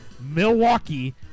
Milwaukee